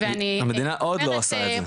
המדינה עוד לא עושה את זה.